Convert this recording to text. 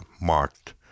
marked